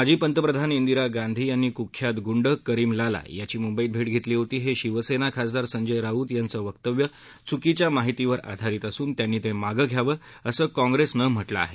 माजी पंतप्रधानं इंदिरा गांधी यांनी कुख्यात गुंड करीम लाला याची मुंबईत भेट घेतली होती हे शिवसेना खासदार संजय राऊत यांच वक्तव्य चुकीच्या माहितीवर आधारित असून त्यांनी ते मागं घ्यावं असं काँग्रेसनं म्हटलं आहे